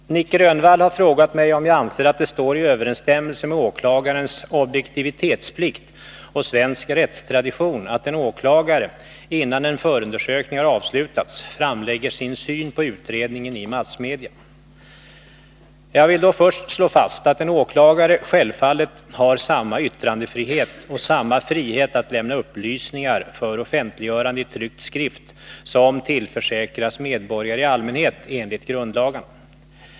Herr talman! Nic Grönvall har frågat mig om jag anser att det står i överensstämmelse med åklagarens objektivitetsplikt och svensk rättstradition att en åklagare, innan en förundersökning har avslutats, framlägger sin syn på utredningen i massmedia. Jag vill först slå fast att en åklagare självfallet har samma yttrandefrihet och samma frihet att lämna upplysningar för offentliggörande i tryckt skrift som tillförsäkras medborgare i allmänhet enligt grundlagarna.